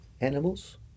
animals